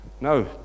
No